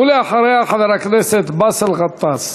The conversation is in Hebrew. ואחריה, חבר הכנסת באסל גטאס.